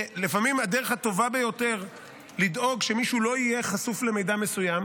לפעמים הדרך הטובה ביותר לדאוג שמישהו לא יהיה חשוף למידע מסוים